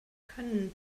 können